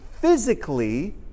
physically